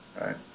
right